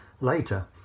Later